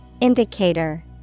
Indicator